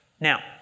Now